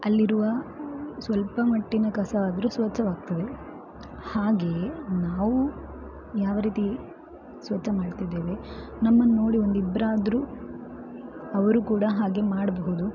ಅಲ್ಲಿರುವ ಸ್ವಲ್ಪ ಮಟ್ಟಿನ ಕಸ ಆದರೂ ಸ್ವಚ್ಛವಾಗ್ತದೆ ಹಾಗೇ ನಾವು ಯಾವ ರೀತಿ ಸ್ವಚ್ಛ ಮಾಡ್ತಿದ್ದೇವೆ ನಮ್ಮನ್ನು ನೋಡಿ ಒಂದಿಬ್ಬರಾದ್ರೂ ಅವರೂ ಕೂಡ ಹಾಗೆ ಮಾಡಬಹುದು